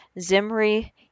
Zimri